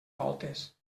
voltes